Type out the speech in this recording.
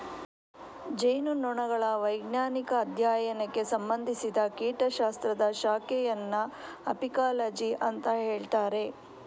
ಜೇನುನೊಣಗಳ ವೈಜ್ಞಾನಿಕ ಅಧ್ಯಯನಕ್ಕೆ ಸಂಬಂಧಿಸಿದ ಕೀಟ ಶಾಸ್ತ್ರದ ಶಾಖೆಯನ್ನ ಅಪಿಕಾಲಜಿ ಅಂತ ಹೇಳ್ತಾರೆ